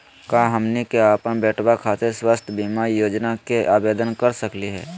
का हमनी के अपन बेटवा खातिर स्वास्थ्य बीमा योजना के आवेदन करे सकली हे?